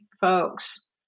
folks